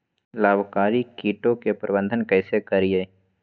लाभकारी कीटों के प्रबंधन कैसे करीये?